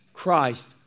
Christ